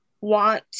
want